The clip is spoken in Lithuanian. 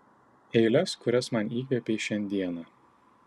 eiles kurias man įkvėpei šiandieną